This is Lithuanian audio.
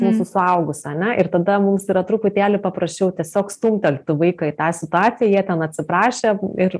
mūsų suaugusių ane ir tada mums yra truputėlį paprasčiau tiesiog stumtelti vaiką į tą situaciją jie ten atsiprašė ir